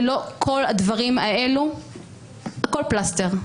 ללא כל הדברים האלה הכול פלסטר.